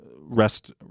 rest